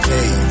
Hey